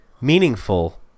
meaningful